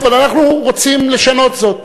אבל אנחנו רוצים לשנות את זה.